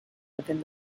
within